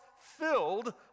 filled